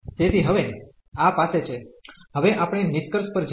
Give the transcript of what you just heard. તેથી હવે આ પાસે છે હવે આપણે નિષ્કર્ષ પર જઈએ